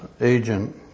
agent